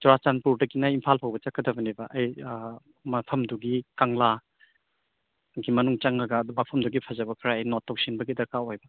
ꯆꯨꯔꯆꯥꯟꯄꯨꯔꯗꯒꯤꯅ ꯏꯝꯐꯥꯜ ꯎꯕ ꯆꯠꯀꯗꯕꯅꯦꯕ ꯑꯩ ꯃꯐꯝꯗꯨꯒꯤ ꯀꯪꯂꯥꯒꯤ ꯃꯅꯨꯡ ꯆꯪꯉꯒ ꯃꯐꯝꯗꯨꯒꯤ ꯐꯖꯕ ꯈꯔ ꯑꯩ ꯅꯣꯠ ꯇꯧꯁꯤꯟꯕꯒꯤ ꯗꯔꯀꯥꯔ ꯑꯣꯏꯕ